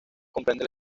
comprende